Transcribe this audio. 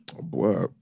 Boy